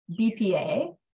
BPA